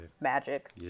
magic